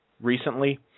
recently